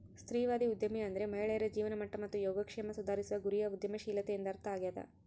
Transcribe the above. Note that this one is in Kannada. ಸ್ತ್ರೀವಾದಿ ಉದ್ಯಮಿ ಅಂದ್ರೆ ಮಹಿಳೆಯರ ಜೀವನಮಟ್ಟ ಮತ್ತು ಯೋಗಕ್ಷೇಮ ಸುಧಾರಿಸುವ ಗುರಿಯ ಉದ್ಯಮಶೀಲತೆ ಎಂದರ್ಥ ಆಗ್ಯಾದ